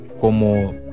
como